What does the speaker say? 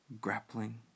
grappling